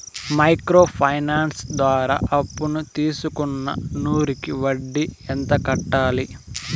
Micro finance ద్వారా అప్పును తీసుకున్న నూరు కి వడ్డీ ఎంత కట్టాలి?